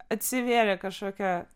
atsivėrė kažkokia